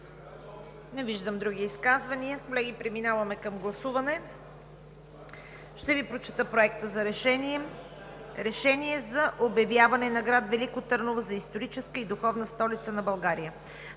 Не виждам. Други изказвания? Не виждам. Колеги, преминаваме към гласуване. Ще Ви прочета Проекта за решение: „Проект! РЕШЕНИЕ за обявяване на град Велико Търново за „Историческа и духовна столица на България“